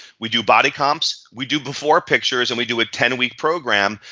we do body comps, we do before pictures and we do a ten week program.